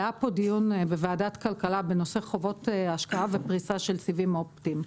היה פה דיון בוועדת הכלכלה בנושא חובות השקעה ופריסה של סיבים אופטיים.